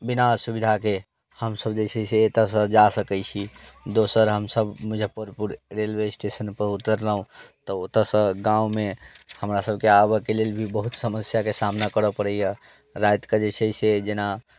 बिना असुविधाके हमसभ जे छै से एतयसँ जा सकैत छी दोसर हमसभ मुजफ्फरपुर रेलवे स्टेशनपर उतरलहुँ तऽ ओतयसँ गाममे हमरासभके आबयके लेल भी बहुत समस्याके सामना करय पड़ैए रातिके जे छै से जेना